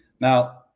Now